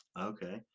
Okay